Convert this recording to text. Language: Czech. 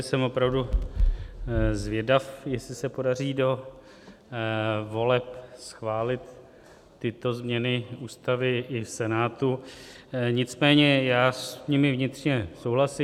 Jsem opravdu zvědav, jestli se podaří do voleb schválit tyto změny ústavy i v Senátu, nicméně s nimi vnitřně souhlasím.